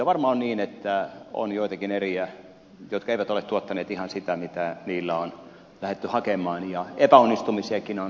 varmaan on niin että on joitakin eriä jotka eivät ole tuottaneet ihan sitä mitä niillä on lähdetty hakemaan ja epäonnistumisiakin on